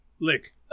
Lick